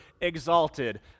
exalted